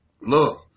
look